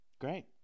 Great